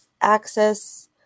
access